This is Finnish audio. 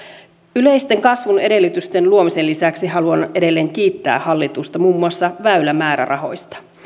yleisten kasvun edellytysten luomisen lisäksi haluan edelleen kiittää hallitusta muun muassa väylämäärärahoista